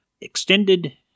extended